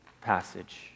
passage